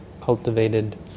cultivated